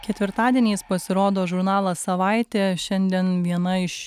ketvirtadieniais pasirodo žurnalas savaitė šiandien viena iš